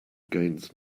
gains